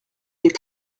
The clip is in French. des